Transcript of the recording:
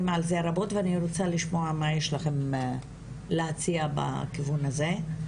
על זה רבות ואני רוצה לשמוע מה יש לכם להציע בכיוון הזה.